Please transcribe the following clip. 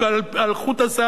על חוט השערה,